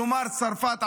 כלומר צרפת,